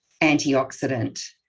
antioxidant